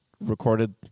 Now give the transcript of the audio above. recorded